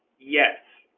yes